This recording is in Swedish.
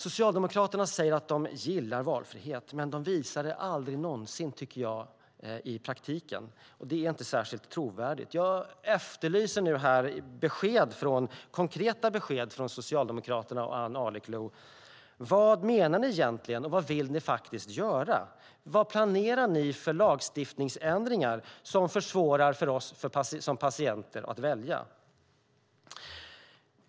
Socialdemokraterna säger att de gillar valfrihet, men de visar det aldrig någonsin i praktiken, tycker jag. Det är inte särskilt trovärdigt. Jag efterlyser nu här konkreta besked från Socialdemokraterna och Ann Arleklo. Vad menar ni egentligen, och vad vill ni faktiskt göra? Vad planerar ni för lagstiftningsändringar som försvårar för oss som patienter att välja?